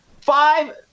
Five